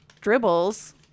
dribbles